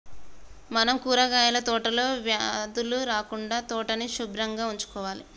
మనం కూరగాయల తోటలో వ్యాధులు రాకుండా తోటని సుభ్రంగా ఉంచుకోవాలి